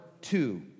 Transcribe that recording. two